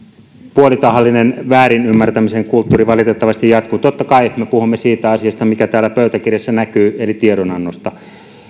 puolitahallinen väärinymmärtämisen kulttuuri valitettavasti jatkuu totta kai me puhumme siitä asiasta mikä täällä pöytäkirjassa näkyy eli tiedonannosta